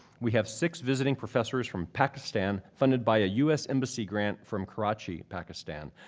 we have six visiting professors from pakistan funded by a u s. embassy grant from karachi, pakistan.